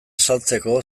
saltzeko